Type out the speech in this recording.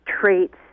traits